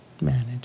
manage